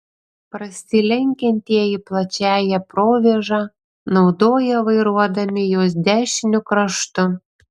prasilenkiantieji plačiąją provėžą naudoja vairuodami jos dešiniu kraštu